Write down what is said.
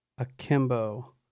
akimbo